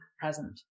present